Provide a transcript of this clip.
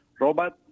robot